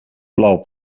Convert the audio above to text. plou